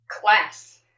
class